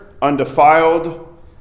undefiled